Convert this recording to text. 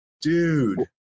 Dude